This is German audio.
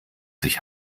sich